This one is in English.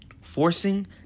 Forcing